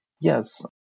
Yes